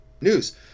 news